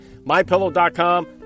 mypillow.com